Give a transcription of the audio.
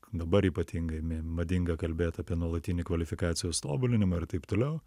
dabar ypatingai mė madinga kalbėt apie nuolatinį kvalifikacijos tobulinimą ir taip toliau